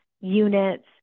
units